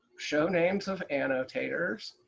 show names of annotators.